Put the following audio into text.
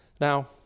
Now